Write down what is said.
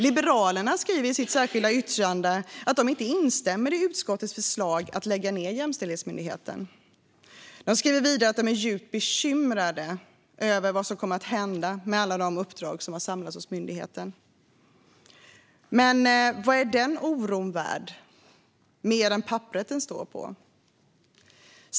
Liberalerna skriver i sitt särskilda yttrande att de inte instämmer i utskottets förslag om att lägga ned Jämställdhetsmyndigheten. De skriver vidare att de är djupt bekymrade över vad som kommer att hända med alla de uppdrag som har samlats hos myndigheten. Men vad är egentligen den oron värd mer än papperet den står på?